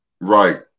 Right